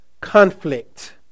conflict